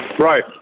Right